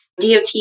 DOT